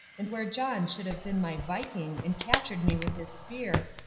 and where john should have been my viking and captured me with his spear,